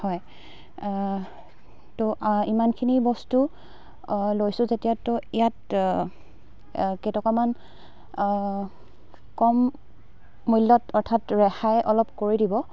হয় ত' ইমানখিনি বস্তু লৈছোঁ যেতিয়া ত' ইয়াত কেইটকামান কম মূল্যত অৰ্থাত ৰেহাই অলপ কৰি দিব